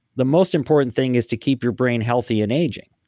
the most important thing is to keep your brain healthy in aging,